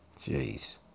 Jeez